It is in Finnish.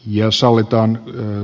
jos sallitaan yö